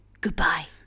goodbye